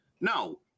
No